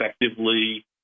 effectively